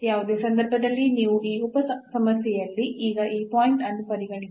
ಯಾವುದೇ ಸಂದರ್ಭದಲ್ಲಿ ನೀವು ಈ ಉಪ ಸಮಸ್ಯೆಯಲ್ಲಿ ಈಗ ಈ ಪಾಯಿಂಟ್ ಅನ್ನು ಪರಿಗಣಿಸುವುದಿಲ್ಲ